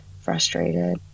frustrated